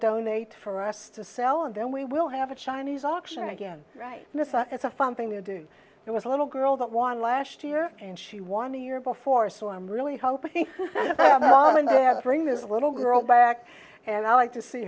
donate for us to sell and then we will have a chinese auction again right it's a fun thing to do there was a little girl that won last year and she won the year before so i'm really hoping to have bring this little girl back and i like to see